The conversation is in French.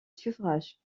suffrages